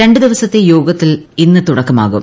രണ്ടു ദിവസത്തെ യോഗത്തിന് ഇന്ന് തുടക്കമാകും